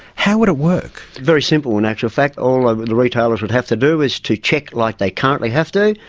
how would it work? very simple in actual fact. all ah the retailers would have to do is to check, like they currently have to,